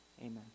amen